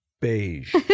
beige